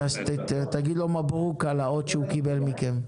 תגיד לו מברוק על האות שהוא קיבל מכם.